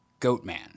Goatman